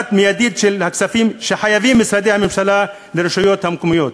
מיידית של הכספים שחייבים משרדי הממשלה לרשויות המקומיות.